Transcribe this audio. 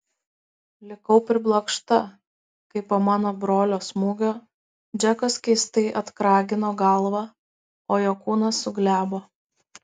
likau priblokšta kai po mano brolio smūgio džekas keistai atkragino galvą o jo kūnas suglebo